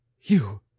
You